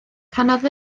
canodd